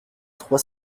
trois